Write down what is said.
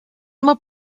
more